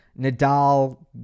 Nadal